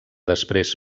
després